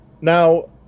Now